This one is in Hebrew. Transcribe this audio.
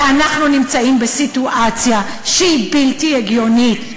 ואנחנו נמצאים בסיטואציה שהיא בלתי הגיונית.